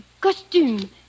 Costume